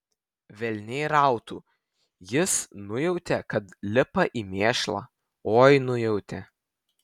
velniai rautų jis nujautė kad lipa į mėšlą oi nujautė